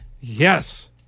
Yes